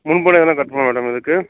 முன்பணம் எதுனா கட்டணுமா மேடம் இதுக்கு